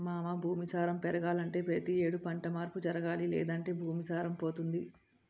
మావా భూమి సారం పెరగాలంటే పతి యేడు పంట మార్పు జరగాలి లేదంటే భూమి సారం పోతుంది